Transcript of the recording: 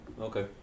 Okay